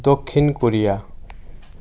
Dakshin Korea